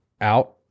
out